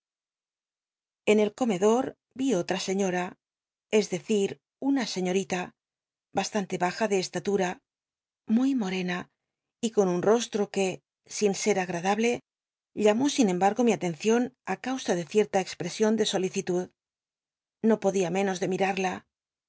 en el comedo r vi otra señora es decir una señorita bastante baja de estatura muy mor'cna y con un rostro que si n ser agradable llamó sin embargo mi atencion ti causa de cierta expresión de solicitud no podia menos de mirada